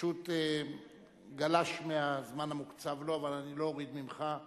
פשוט גלש מהזמן המוקצב שלו, אבל אני לא אוריד ממך.